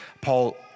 Paul